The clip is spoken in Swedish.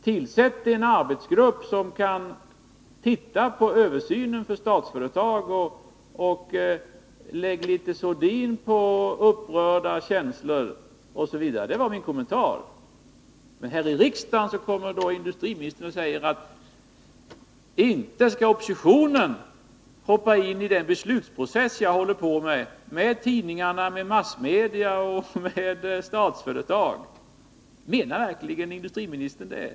Tillsätt en arbetsgrupp, som kan göra översynen av Statsföretag! Lägg litet sordin på upprörda känslor! — Det var mina kommentarer. Menar verkligen industriministern att oppositionen inte skall kommentera den beslutsprocess beträffande Statsföretag som han tillsammans med tidningarna och andra massmedia är inbegripen i?